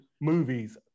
movies